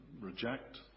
reject